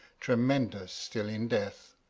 tremendous still in death.